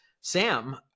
Sam